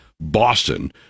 boston